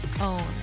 own